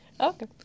Okay